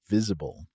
Visible